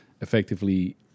effectively